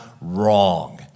wrong